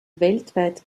weltweit